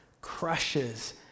crushes